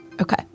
Okay